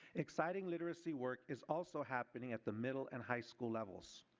exciting literacy work is also happening at the middle and high school levels.